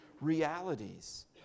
realities